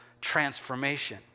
transformation